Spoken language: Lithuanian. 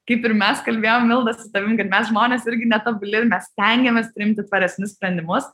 kaip ir mes kalbėjom milda su tavim kad mes žmonės irgi netobuli ir mes stengiamės priimti tvaresnius sprendimus